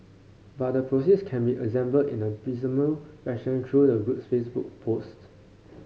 but the process can be assembled in a piecemeal fashion through the group's Facebook posts